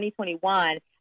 2021